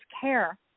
care